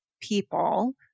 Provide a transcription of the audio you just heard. people